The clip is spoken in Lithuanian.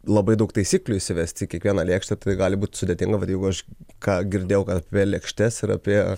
labai daug taisyklių įsivesti į kiekvieną lėkštę tai gali būti sudėtinga bet jeigu aš ką girdėjau apie lėkštes ir apie